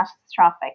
catastrophic